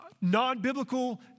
non-biblical